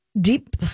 Deep